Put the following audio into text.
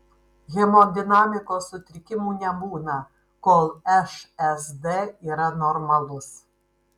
hemodinamikos sutrikimų nebūna kol šsd yra normalus